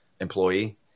employee